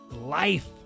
life